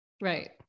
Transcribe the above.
right